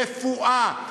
רפואה.